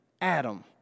Adam